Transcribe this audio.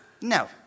No